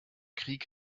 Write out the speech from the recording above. krieg